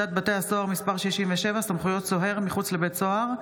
פקודת בתי הסוהר (מס' 67) (סמכויות סוהר מחוץ לבית סוהר),